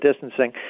distancing